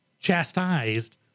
chastised